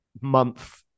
month